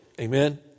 Amen